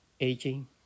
aging